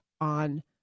on